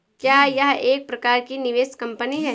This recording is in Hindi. क्या यह एक प्रकार की निवेश कंपनी है?